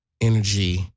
energy